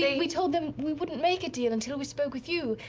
yeah we told them we wouldn't make a deal until we spoke with you.